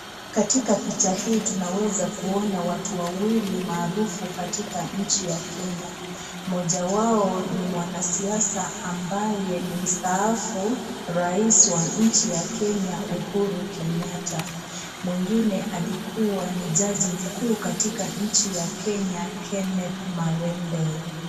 Katika picha hii tunaweza kuona watu wawili maarufu katika nchi ya kenya. Mmoja wao ni mwanasiasa ambaye ni mstaafu rais wa nchi ya nchi ya Kenya Uhuru Kenyatta mwingine alikuwa ni jaji mkuu katika nchi ya kenya Kenneth Marende.